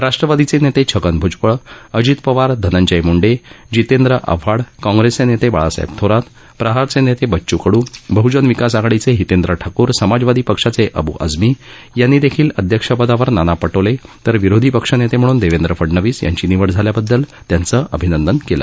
राष्ट्रवादीचे नेते छगन भूजबळ अजित पवार धनंजय मुंडे जितेंद्र आव्हाड काँग्रेसचे नेते बाळासाहेब थोरात प्रहारचे नेते बच्च् कडू बहजन विकास आघाडीचे हितेंद्र ठाकूर समाजवादी पक्षाचे अब् आझमी यांनी देखील अध्यक्षपदावर नाना पटोले तर विरोधीपक्षनेते म्हणून देवेंद्र फडणवीस यांची निवड झाल्याबद्दल त्यांचं अभिनंदन केलं